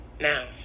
Now